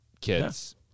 kids